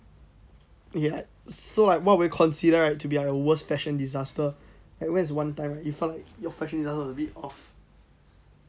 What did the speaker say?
ya so right what would you consider right to be like worst fashion disaster like when was one time right your fashion disaster was a bit off